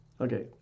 okay